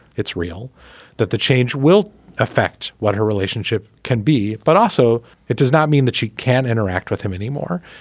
it's real that the change will affect what her relationship can be but also it does not mean that she can interact with him anymore.